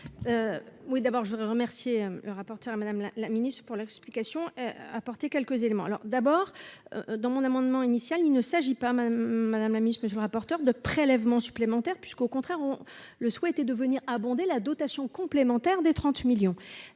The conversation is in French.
Oui, d'abord je voudrais remercier le rapporteur, Madame la Ministre, pour l'explication apporter quelques éléments alors d'abord dans mon amendement initial, il ne s'agit pas même madame mamie, je peux, je voudrais porteur de prélèvements supplémentaires puisqu'au contraire, on le souhaitait, de venir abonder la dotation complémentaire des 30 millions